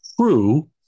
true